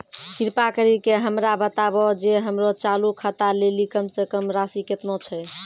कृपा करि के हमरा बताबो जे हमरो चालू खाता लेली कम से कम राशि केतना छै?